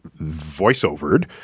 voiceovered